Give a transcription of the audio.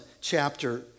chapter